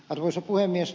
arvoisa puhemies